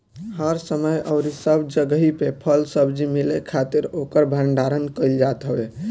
हर समय अउरी सब जगही पे फल सब्जी मिले खातिर ओकर भण्डारण कईल जात हवे